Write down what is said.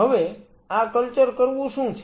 હવે આ કલ્ચર કરવું શું છે